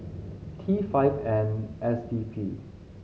T five N S D P